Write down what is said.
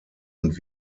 und